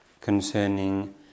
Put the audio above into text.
concerning